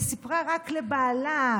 וסיפרה רק לבעלה,